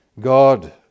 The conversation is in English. God